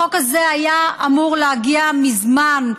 החוק הזה היה אמור להגיע מזמן.